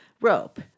rope